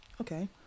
Okay